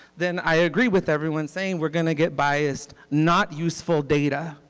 then i agree with everyone saying we are going to get biased, not useful data.